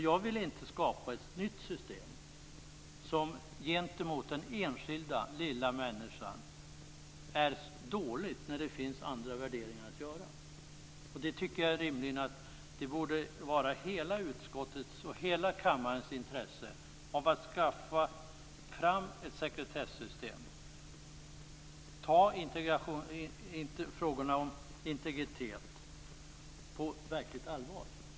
Jag vill inte skapa ett nytt system som gentemot den enskilda lilla människan är dåligt när det finns andra värderingar att göra. Det borde rimligen vara i hela utskottets och hela kammarens intresse att skaffa fram ett sekretessystem och ta frågorna om integritet på verkligt allvar.